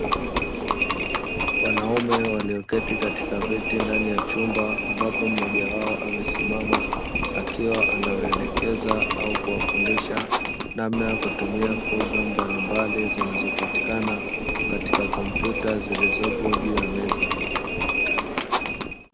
Wanaume walioketi katika viti ndani ya chumba ambapo mmoja wao amesimama akiwa anawaelekeza au kuwafundisha namna ya kutumia programu mbalimbali zinazopatikana katika kompyuta zilizopo juu ya meza.